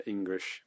English